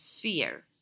fear